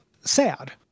sad